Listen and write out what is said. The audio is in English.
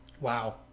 Wow